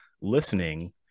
listening